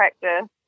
practice